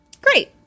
great